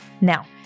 Now